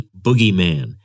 Boogeyman